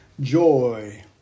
joy